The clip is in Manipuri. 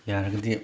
ꯌꯥꯔꯒꯗꯤ